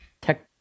tech